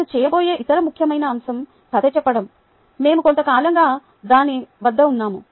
నేను చేయబోయే ఇతర ముఖ్యమైన అంశం కథ చెప్పడం మేము కొంతకాలంగా దాని వద్ద ఉన్నాము